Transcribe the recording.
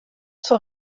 zur